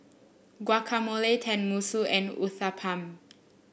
Guacamole Tenmusu and Uthapam